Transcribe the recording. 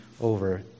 over